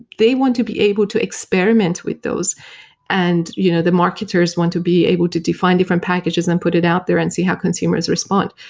they want to be able to experiment with those and you know the marketers want to be able to define different packages and put it out there and see how consumers respond.